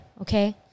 okay